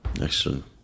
Excellent